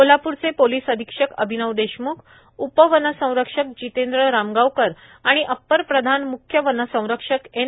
कोल्हापूरचे पोलीस अधिक्षक अभिनव देशमुख उपवनसंरक्षक जितेंद्र रामगावकर आणि अप्पर प्रधान मुख्य वनसंरक्षक एन